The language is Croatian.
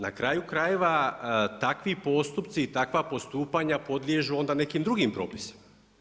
Na kraju krajeva, takvi postupci i takva postupanja podliježu onda nekim drugim propisima.